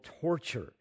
torture